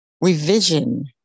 revision